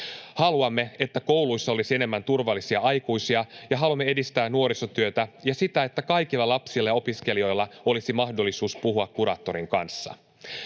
Haluamme, että kouluissa olisi enemmän turvallisia aikuisia, ja haluamme edistää nuorisotyötä ja sitä, että kaikilla lapsilla ja opiskelijoilla olisi mahdollisuus puhua kuraattorin kanssa.